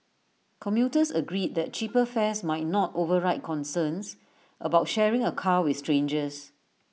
commuters agreed that cheaper fares might not override concerns about sharing A car with strangers